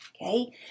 okay